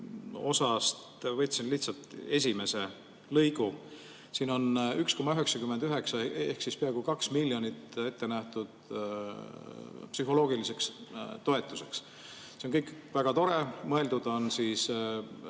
osa, võtsin lihtsalt esimese lõigu. Siin on 1,99 ehk peaaegu 2 miljonit ette nähtud psühholoogiliseks toetuseks. See kõik on väga tore. Mõeldud on